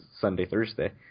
Sunday-Thursday